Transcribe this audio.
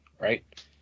right